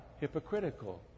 hypocritical